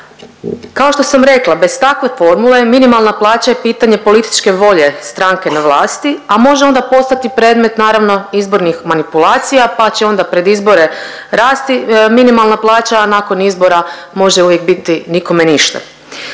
Kao što sam rekla bez takve formule minimalna plaća je pitanje političke volje stranke na vlasti, a može onda postati predmet naravno izbornih manipulacija pa će onda pred izbore rasti minimalna plaća, a nakon izbora može uvijek biti nikome ništa.